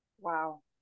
Wow